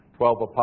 Twelve